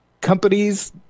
Companies